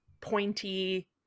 pointy